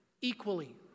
equally